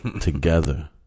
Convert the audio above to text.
together